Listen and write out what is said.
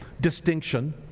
distinction